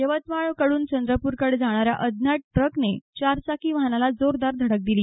यवतमाळ कडून चंद्रपूरकडे जाणाऱ्या अज्ञात ट्रकने चारचाकी वाहनाला जोरदार धडक दिली